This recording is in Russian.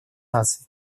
наций